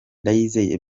ndayizeye